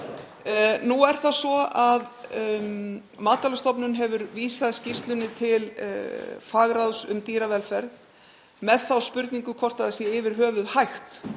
Nú er það svo að Matvælastofnun hefur vísað skýrslunni til fagráðs um dýravelferð með þá spurningu hvort það sé yfir höfuð hægt